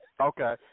Okay